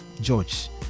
george